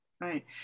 Right